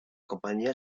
compañía